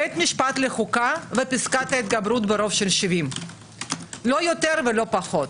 בית משפט לחוקה ופסקת ההתגברות ברוב של 70. לא יותר ולא פחות.